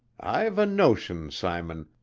i've a notion, simon,